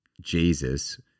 Jesus